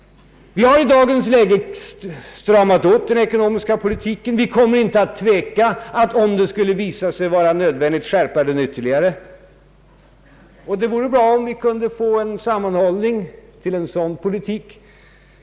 Vi har i dagens läge stramat åt den ekonomiska politiken, och vi kommer inte att tveka att skärpa den ytterligare, om det skulle visa sig vara nödvändigt. Det vore bra om vi kunde få sammanhållning kring en sådan politik.